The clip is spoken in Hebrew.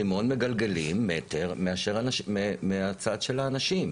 רימון מגלגלים מטר מהצד של האנשים.